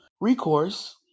recourse